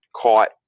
caught